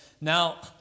Now